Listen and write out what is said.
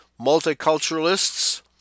multiculturalists